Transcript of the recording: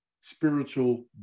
spiritual